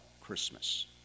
Christmas